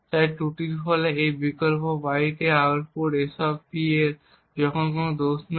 তাই ত্রুটির ফলে এই বিকল্প বাইটের আউটপুট SP যখন কোন দোষ নেই